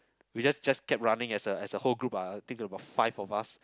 we just just kept running as a as a whole group lah think about five of us